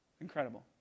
Incredible